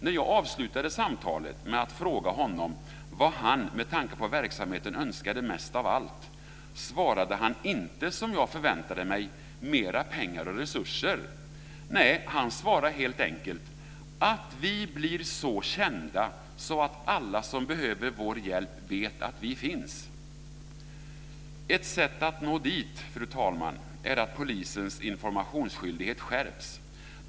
När jag avslutade samtalet med att fråga honom vad han med tanke på verksamheten önskade mest av allt svarade han inte, som jag förväntade mig, mer pengar och resurser. Nej, han svarade helt enkelt: att vi blir så kända att alla som behöver vår hjälp vet att vi finns. Ett sätt att nå dit, fru talman, är att polisens informationsskyldighet skärps.